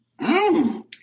Mmm